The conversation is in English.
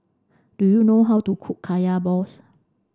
do you know how to cook kaya balls